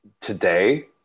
Today